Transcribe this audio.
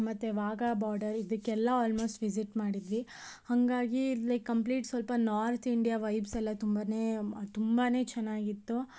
ಮತ್ತು ವಾಘಾ ಬಾರ್ಡರ್ ಇದಕ್ಕೆಲ್ಲ almost visit ಮಾಡಿದ್ವಿ ಹಾಗಾಗಿ ಲೈಕ್ ಕಂಪ್ಲೀಟ್ ಸ್ವಲ್ಪ ನಾರ್ತ್ ಇಂಡಿಯಾ ವೈಬ್ಸ್ ಎಲ್ಲ ತುಂಬಾ ತುಂಬಾ ಚೆನ್ನಾಗಿತ್ತು